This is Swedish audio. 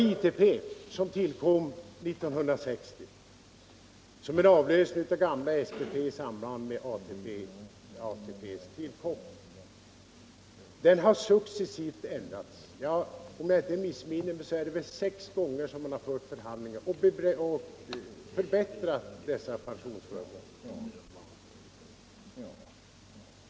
ITP, som tillkom 1960 som en avlösning av gamla SPP i samband med ATP:s tillkomst, har successivt ändrats. Om jag inte missminner mig är det sex gånger som man fört förhandlingar och förbättrat dessa pensionsförmåner.